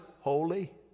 holy